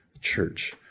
church